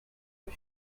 was